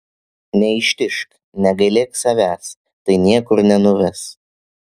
neištižk negailėk savęs tai niekur nenuves